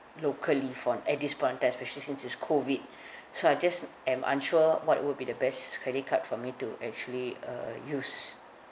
locally for at this point of time especially since it's COVID so I just am unsure what would be the best credit card for me to actually uh use